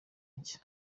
nshya